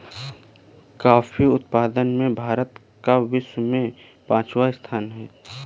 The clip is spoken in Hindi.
कॉफी उत्पादन में भारत का विश्व में पांचवा स्थान है